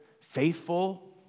faithful